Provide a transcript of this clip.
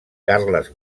carles